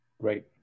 Great